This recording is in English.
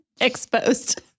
exposed